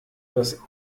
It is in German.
dass